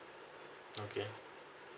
okay